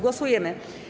Głosujemy.